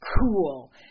cool